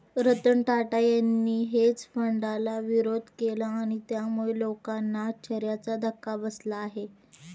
रतन टाटा यांनी हेज फंडाला विरोध केला आणि त्यामुळे लोकांना आश्चर्याचा धक्का बसला आहे